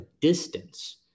distance